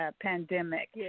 pandemic